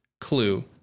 clue